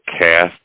cast